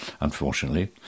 unfortunately